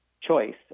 choice